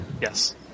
Yes